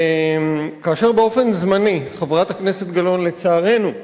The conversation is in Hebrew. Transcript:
כאשר באופן זמני חברת הכנסת גלאון לצערנו,